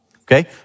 Okay